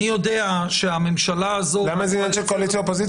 אני יודע שהממשלה הזאת --- למה זה עניין של קואליציה-אופוזיציה,